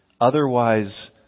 otherwise